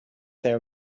their